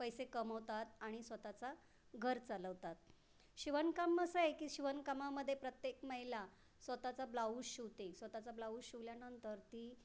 पैसे कमवतात आणि स्वत चा घर चालवतात शिवणकाम असं आहे की शिवणकामामध्ये प्रत्येक महिला स्वत चा ब्लाऊज शिवते स्वत चा ब्लाऊज शिवल्यानंतर ती